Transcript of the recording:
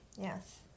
Yes